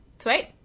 Sweet